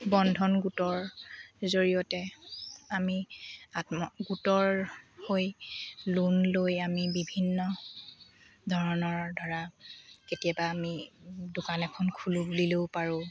বন্ধন গোটৰ জৰিয়তে আমি আত্ম গোটৰ হৈ লোন লৈ আমি বিভিন্ন ধৰণৰ ধৰা কেতিয়াবা আমি দোকান এখন খোলোঁ বুলিলেও পাৰোঁ